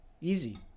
Easy